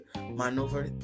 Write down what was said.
maneuver